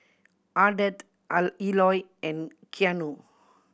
Ardeth Eloy and Keanu